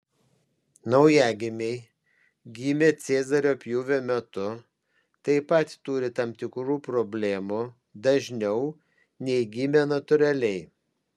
naujagimiai gimę cezario pjūvio metu taip pat turi tam tikrų problemų dažniau nei gimę natūraliai